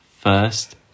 first